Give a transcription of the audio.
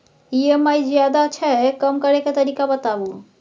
EMI ज्यादा छै कम करै के तरीका बताबू?